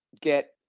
get